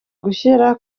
gushyira